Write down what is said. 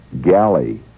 galley